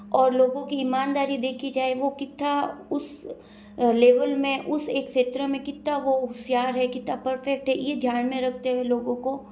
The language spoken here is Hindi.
और लोगों की ईमानदारी देखी जाए वो कितना उस लेवल में उस एक क्षेत्र में कितना वो होशियार है कितना परफ़ेक्ट है ये ध्यान में रखते हुए लोगों को